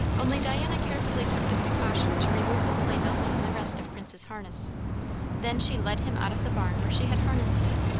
only diana carefully took the precaution to remove the sleigh bells from the rest of prince's harness then she led him out of the barn where she had harnessed him,